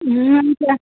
क्या